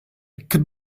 could